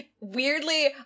weirdly